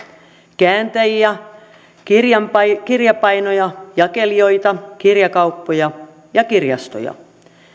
kääntäjiä kirjapainoja kirjapainoja jakelijoita kirjakauppoja ja kirjastoja